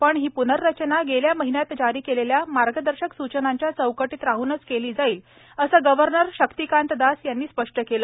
पण ही प्नर्रचना गेल्या महिन्यात जारी केलेल्या मार्गदर्शक सूचनांच्या चौकटीत राहनच केली जाईल असं गवर्नर शक्तिकांत दास यांनी स्पष्ट केले आहे